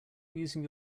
using